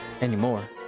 anymore